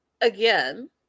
again